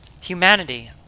Humanity